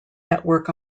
network